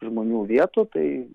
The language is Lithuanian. žmonių vietų tai